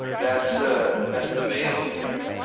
that's ah that's the male there